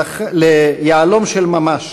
ליהלום של ממש,